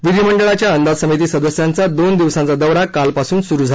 विधीमंडळाच्या अदाज समिती सदस्यांचा दोन दिवसाचा दौरा कालपासून सुरू झाला आहे